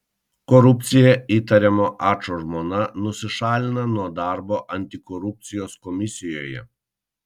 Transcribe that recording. korupcija įtariamo ačo žmona nusišalina nuo darbo antikorupcijos komisijoje